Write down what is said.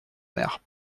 mère